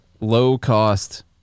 low-cost